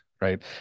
right